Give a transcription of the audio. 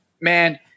man